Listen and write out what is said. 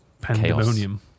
pandemonium